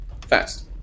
fast